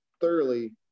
thoroughly